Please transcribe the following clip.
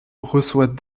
reçoit